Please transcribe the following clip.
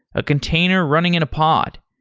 a container running in a pod.